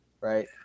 right